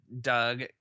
Doug